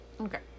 Okay